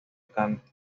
canto